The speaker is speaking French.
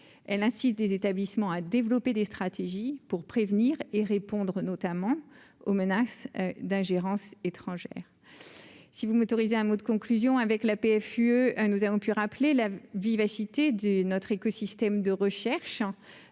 elle incite des établissements à développer des stratégies pour prévenir et répondre notamment aux menaces d'ingérence étrangère si vous m'autorisez un mot de conclusion avec la PFUE, nous avons pu rappeler la vivacité du notre écosystème de recherche